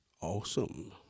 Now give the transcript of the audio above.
Awesome